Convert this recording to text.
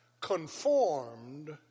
conformed